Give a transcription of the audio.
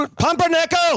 pumpernickel